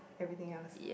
everything else